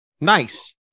nice